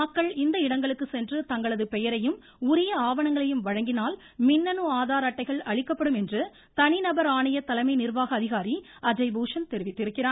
மக்கள் இந்த இடங்களுக்கு சென்று தங்களது பெயரையும் உரிய ஆவணங்களையும் வழங்கினால் மின்னணு ஆதார் அட்டைகள் அளிக்கப்படும் என்று தனி நபர் ஆணைய தலைமை நிர்வாக அதிகாரி அஜய் பூஷன் தெரிவித்திருக்கிறார்